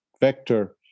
vector